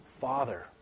Father